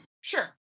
Sure